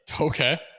Okay